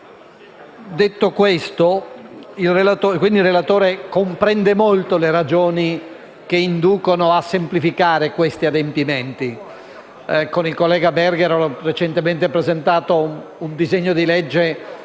relatore, quindi, comprende le ragioni che inducono a semplificare questi adempimenti. Con il collega Berger ho recentemente presentato un disegno di legge